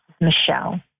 Michelle